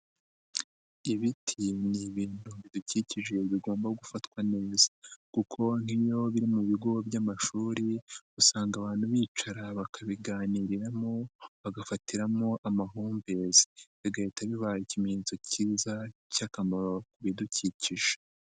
Ibiti ni ibintu bidukikije bigomba gufatwa neza kuko nk'iyo biri mu bigo by'amashuri, usanga abantu bicara bakabiganiriramo bagafatiramo amahumbezi, bigahita biba ikimenyetso cyiza cy'akamaro ku bidukikije.